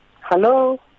Hello